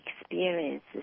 experiences